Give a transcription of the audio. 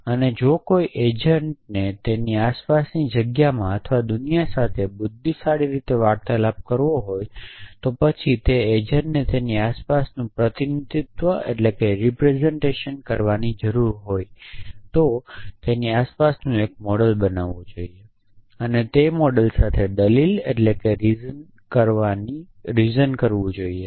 અને જો કોઈ એજન્ટ ને તેની આસપાસની જગ્યામાં અથવા દુનિયા સાથે બુદ્ધિશાળી રીતે વાર્તાલાપ કરવો હોય તો પછી તે એજન્ટને તેની આસપાસનું પ્રતિનિધિત્વ કરવાની જરૂર હોય તો તેની આસપાસનું એક મોડેલ બનાવવું જોઇયે અને તે મોડેલ સાથે દલીલ કરવી જોઇયે